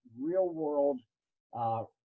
real-world